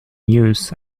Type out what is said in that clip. use